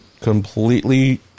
completely